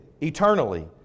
eternally